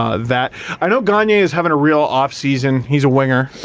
um that i know gagne is having a real off season. he's a winger.